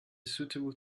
suitable